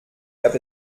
gab